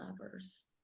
Lovers